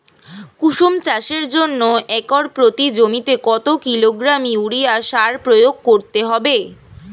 কুসুম চাষের জন্য একর প্রতি জমিতে কত কিলোগ্রাম ইউরিয়া সার প্রয়োগ করতে হবে?